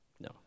No